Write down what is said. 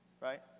right